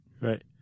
right